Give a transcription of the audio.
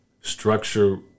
structure